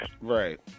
Right